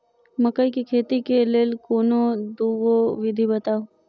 मकई केँ खेती केँ लेल कोनो दुगो विधि बताऊ?